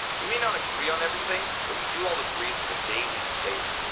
we may not agree on everything, but we do all agree that the day needs saving.